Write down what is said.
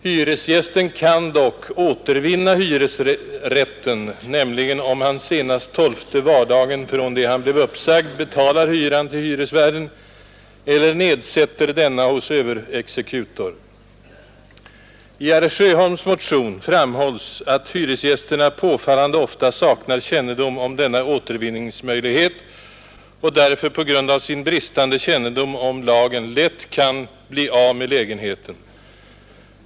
Hyresgästen kan dock återvinna hyresrätten, nämligen om han senast tolfte vardagen från det han blev uppsagd betalar hyran till hyresvärden eller nedsätter denna hos överexekutor. I herr Sjöholms motion framhålls att hyresgästerna påfallande ofta saknar kännedom om denna återvinningsmöjlighet och därför på grund av sin bristande kännedom om lagen lätt kan bli av med lägenheten.